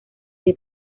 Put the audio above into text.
the